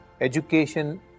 Education